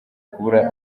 kubura